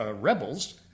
rebels